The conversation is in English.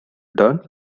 dawn